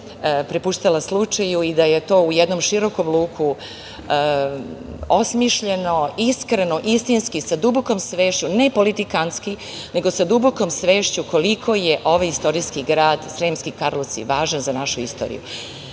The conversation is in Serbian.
prepuštala slučaju i da je to u jednom širokom luku osmišljeno, iskreno, istinski sa dubokom svešću, ne politikanski, nego sa dubokom svešću koliko je ovaj istorijski grad - Sremski Karlovci važan za našu istoriju. Pokušavam